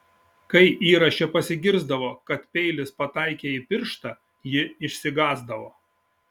kai įraše pasigirsdavo kad peilis pataikė į pirštą ji išsigąsdavo